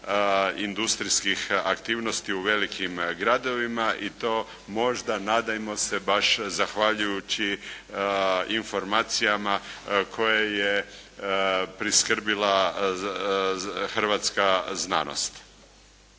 industrijskih aktivnosti u velikim gradovima i to možda nadajmo se baš zahvaljujući informacijama koje je priskrbila hrvatska znanost.